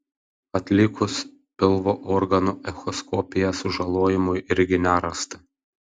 atlikus pilvo organų echoskopiją sužalojimų irgi nerasta